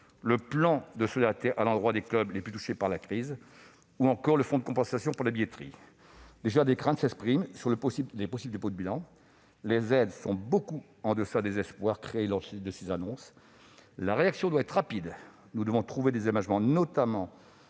fonds de solidarité pour les clubs les plus touchés par la crise ou encore fonds de compensation pour la billetterie ... Déjà des craintes s'expriment sur de possibles dépôts de bilan. Les aides sont pour beaucoup en deçà des espoirs créés lors de ces annonces. La réaction doit être rapide. Nous devons trouver des aménagements, notamment